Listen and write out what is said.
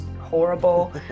horrible